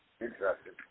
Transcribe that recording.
Interesting